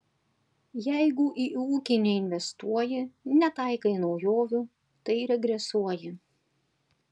jeigu į ūkį neinvestuoji netaikai naujovių tai regresuoji